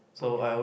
board game